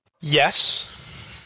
Yes